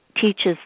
teaches